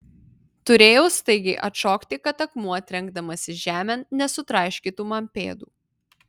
turėjau staigiai atšokti kad akmuo trenkdamasis žemėn nesutraiškytų man pėdų